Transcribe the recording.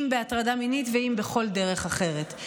אם בהטרדה מינית ואם בכל דרך אחרת.